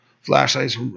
Flashlights